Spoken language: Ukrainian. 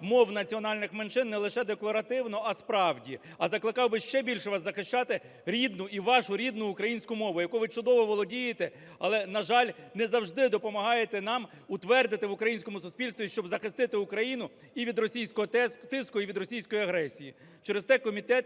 мов національних меншин не лише декларативно, а справді. А закликав би ще більше вас захищати рідну і вашу рідну українську мову, якою ви чудово володієте, але, на жаль, не завжди допомагаєте нам утвердити в українському суспільстві, щоб захистити Україну і від російського тиску, і від російської агресії. Через те комітет